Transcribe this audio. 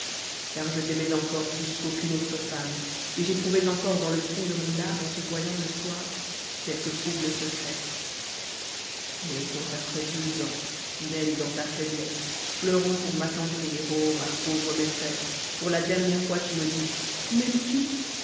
car je t'aimais encor plus qu'aucune autre femme et j'éprouvais encor dans le fond de mon âme en te voyant le soir quelque trouble secret mais quand après deux ans belle dans ta faiblesse pleurant pour m'attendrir ô ma pauvre maîtresse pour la dernière fois tu me dis m'aimes-tu